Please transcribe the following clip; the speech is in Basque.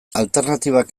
alternatibak